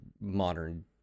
modern